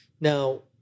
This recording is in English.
Now